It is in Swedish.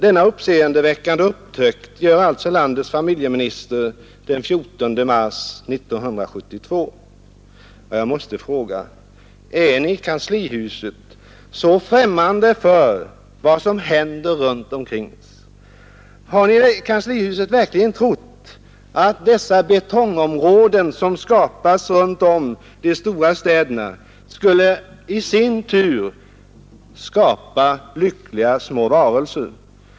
Denna uppseendeväckande upptäckt gör alltså landets familjeminister den 14 mars 1972. Då måste jag fråga: Är ni i kanslihuset så främmande för vad som händer runt omkring oss? Har ni i kanslihuset verkligen trott att dessa betongområden som nu uppstår runt de stora städerna i sin tur skulle skapa lyckliga små varelser?